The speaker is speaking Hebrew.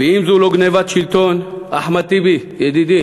ואם זו לא גנבת שלטון, אחמד טיבי ידידי